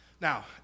Now